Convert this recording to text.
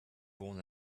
born